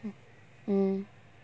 mm